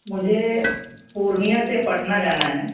مجھے پورنیہ سے پٹنہ جانا ہے